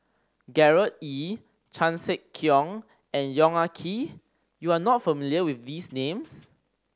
Gerard Ee Chan Sek Keong and Yong Ah Kee you are not familiar with these names